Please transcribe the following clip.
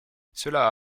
cela